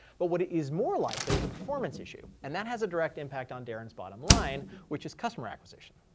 but what is more likely is a performance issue, and that has a direct impact on darren's bottom line, which is customer acquisition.